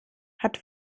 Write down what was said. hat